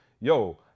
yo